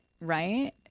right